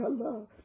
Allah